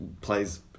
plays